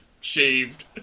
shaved